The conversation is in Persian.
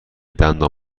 دندان